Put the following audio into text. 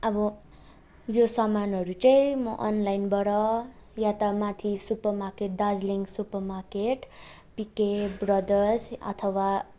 अब यो सामानहरू चाहिँ म अनलाइनबाट या त माथि supermarket Darjeeling supermarket P K brothers अथवा